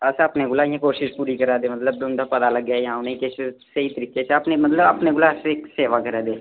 अस अपने कोला इ'यां कोशिश पूरी करा दे मतलब कि उं'दा पता लग्गै जां उ'नेंगी किश स्हेई तरीके शा अपने मतलब अपने कोला अस इक सेवा करा दे